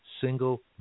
single